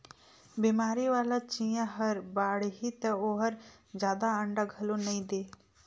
बेमारी वाला चिंया हर बाड़ही त ओहर जादा अंडा घलो नई दे